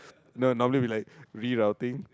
no normally we like rerouting